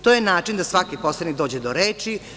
To je način da svaki poslanik dođe do reči.